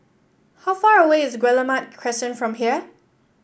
how far away is Guillemard Crescent from here